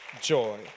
joy